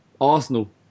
Arsenal